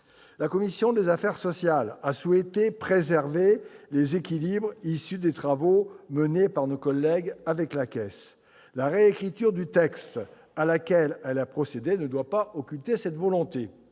La commission des affaires sociales a souhaité préserver les équilibres issus des travaux menés par nos collègues avec la Caisse. La réécriture du texte à laquelle elle a procédé ne doit pas occulter cette volonté.